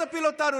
תפיל אותנו,